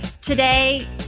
Today